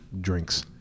drinks